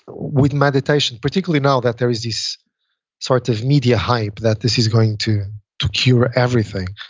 with meditation, particularly now that there is this sort of media hype that this is going to to cure everything,